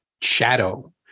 shadow